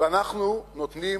ואנחנו נותנים